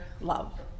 love